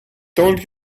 told